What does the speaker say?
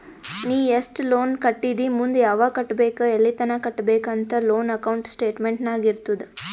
ನೀ ಎಸ್ಟ್ ಲೋನ್ ಕಟ್ಟಿದಿ ಮುಂದ್ ಯಾವಗ್ ಕಟ್ಟಬೇಕ್ ಎಲ್ಲಿತನ ಕಟ್ಟಬೇಕ ಅಂತ್ ಲೋನ್ ಅಕೌಂಟ್ ಸ್ಟೇಟ್ಮೆಂಟ್ ನಾಗ್ ಇರ್ತುದ್